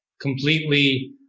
completely